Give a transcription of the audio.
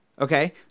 Okay